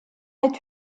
est